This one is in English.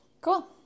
Cool